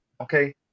Okay